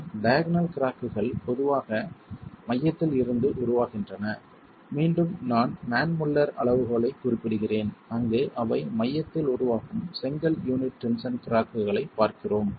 மற்றும் டயாக்னல் கிராக்குகள் பொதுவாக மையத்தில் இருந்து உருவாகின்றன மீண்டும் நான் மான் முல்லர் அளவுகோலைக் குறிப்பிடுகிறேன் அங்கு அவை மையத்தில் உருவாகும் செங்கல் யூனிட் டென்ஷன் கிராக்குகளைப் பார்க்கிறோம்